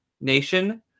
nation